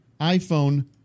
iPhone